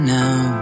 now